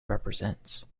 represents